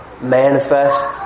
Manifest